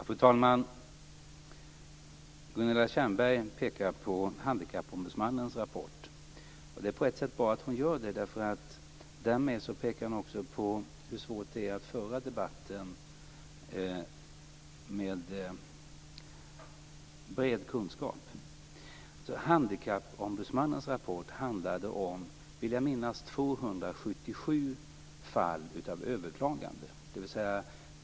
Fru talman! Gunilla Tjernberg pekar på Handikappombudsmannens rapport, och det är på ett sätt bra att hon gör det, eftersom hon därmed också pekar på hur svårt det är att föra debatten med bred kunskap. Jag vill minnas att Handikappombudsmannens rapport handlade om 277 fall av överklaganden.